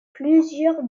plusieurs